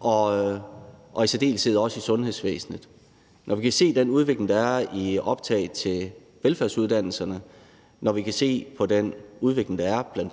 og i særdeleshed også i sundhedsvæsenet; når vi kan se den udvikling, der er, i optaget til velfærdsuddannelserne; når vi kan se den udvikling, der er, blandt